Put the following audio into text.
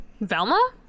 Velma